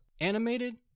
animated